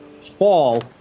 fall